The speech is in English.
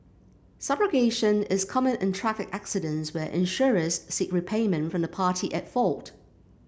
subrogation is common in traffic accidents where insurers seek repayment from the party at fault